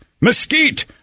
mesquite